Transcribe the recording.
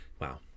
Wow